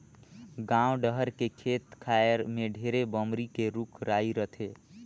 गाँव डहर के खेत खायर में ढेरे बमरी के रूख राई रथे